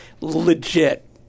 legit